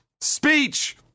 speech